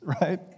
right